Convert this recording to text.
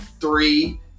three